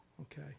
Okay